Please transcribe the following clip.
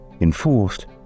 enforced